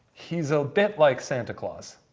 he's a bit like santa claus.